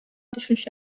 düşüş